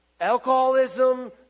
alcoholism